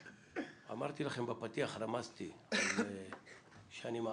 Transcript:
אמרתי לכם בפתיח, רמזתי על שנים עברו,